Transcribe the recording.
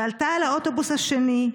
ועלתה על האוטובוס השני.